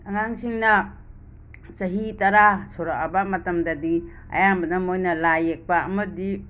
ꯑꯉꯥꯡꯁꯤꯡꯅ ꯆꯍꯤ ꯇꯔꯥ ꯁꯨꯔꯑꯕ ꯃꯇꯝꯗꯗꯤ ꯑꯌꯥꯝꯕꯅ ꯃꯣꯏꯅ ꯂꯥꯏ ꯌꯦꯛꯄ ꯑꯃꯗꯤ